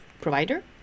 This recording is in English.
provider